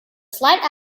slight